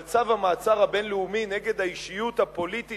אבל צו המעצר הבין-לאומי נגד האישיות הפוליטית